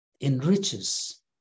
enriches